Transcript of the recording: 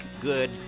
good